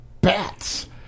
bats